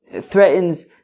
threatens